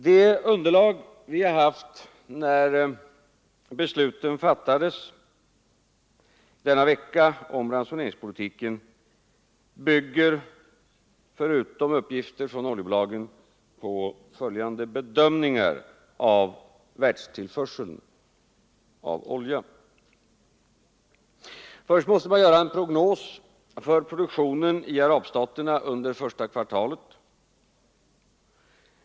Det underlag vi hade när besluten fattades denna vecka om ransoneringspolitiken var förutom uppgifter från oljebolagen följande bedömningar av världstillförseln av olja. Först måste man göra en prognos för produktionen i arabstaterna under första kvartalet.